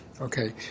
Okay